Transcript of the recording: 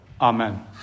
Amen